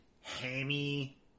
Hammy